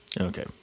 Okay